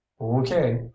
okay